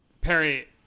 Perry